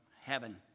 heaven